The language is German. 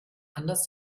anders